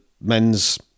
men's